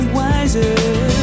wiser